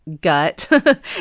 Gut